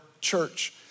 church